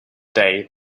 day